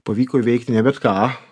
pavyko įveikti ne bet ką